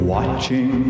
Watching